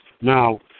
Now